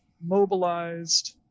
mobilized